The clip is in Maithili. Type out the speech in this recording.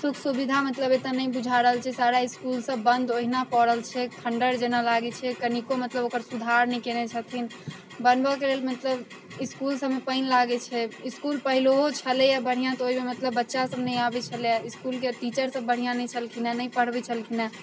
सुख सुविधा मतलब एतहु नहि बुझा रहल छै सारा इसकुलसब बन्द ओहिना पड़ल छै खण्डहर जेना लागै छै कनिको मतलब ओकर सुधार नहि केने छथिन बनबऽके लेल मतलब इसकुल सबमे पानि लागै छै इसकुल पहिलहु छलै बढ़िआँ तऽ ओहिमे मतलब बच्चासब नहि आबै छलै इसकुलके टीचरसब बढ़िआँ नहि छलखिन हेँ नहि पढ़बै छलखिन हेँ